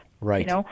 Right